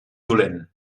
dolent